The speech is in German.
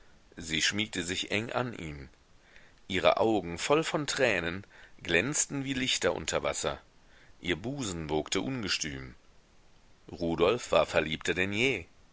sie schmiegte sich eng an ihn an ihre augen voll von tränen glänzten wie lichter unter wasser ihr busen wogte ungestüm rudolf war verliebter denn je